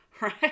Right